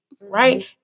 right